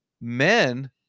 men